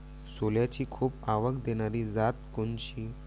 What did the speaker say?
सोल्याची खूप आवक देनारी जात कोनची?